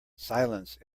silence